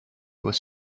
was